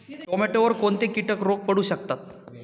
टोमॅटोवर कोणते किटक रोग पडू शकतात?